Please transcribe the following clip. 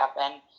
happen